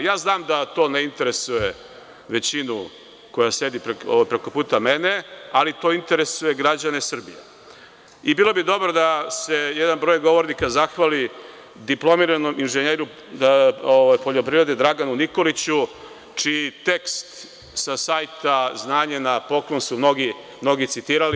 Ja znam da to ne interesuje većinu koja sedi preko puta mene, ali to interesuje građane Srbije i bilo bi dobro da se jedan broj govornika zahvali diplomiranom inženjeru poljoprivrede Draganu Nikoliću, čiji tekst sa sajta „Znanje na poklon“ su mnogi citirali.